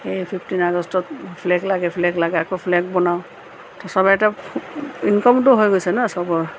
সেই ফিফটিন আগষ্টত ফ্লেগ লাগে ফ্লেগ লাগে আকৌ ফ্লেগ বনাওঁ চবেইতো ইনকামটো হৈ গৈছে ন চবৰ